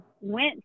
went